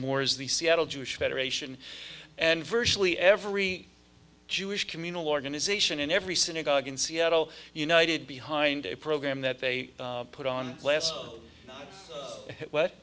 more is the seattle jewish federation and virtually every jewish communal organization in every synagogue in seattle united behind a program that they put on